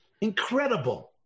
Incredible